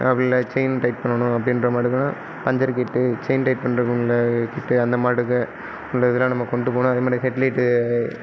அதுக்குள்ளே chain tight பண்ணணும் அப்படின்ற மாதிரி தான் பஞ்சர் கிட்டு செயின் டயிட் பண்ணுறதுக்கு உள்ள கிட்டு அந்த மாட்டுக்கு உள்ளதெலாம் நம்ம கொண்டுட்டு போகணும் அதே மாதிரி ஹெட் லைட்டு